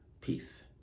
peace